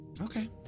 Okay